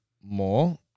more